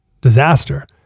disaster